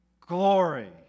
glory